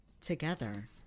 together